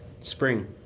spring